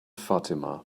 fatima